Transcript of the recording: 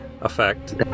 effect